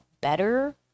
better